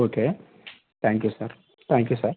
okay thank you sir thank you sir